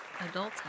adults